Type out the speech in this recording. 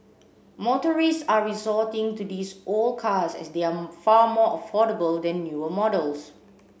motorists are resorting to these old cars as they are far more affordable than newer models